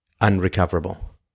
unrecoverable